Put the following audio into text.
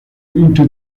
into